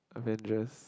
adventures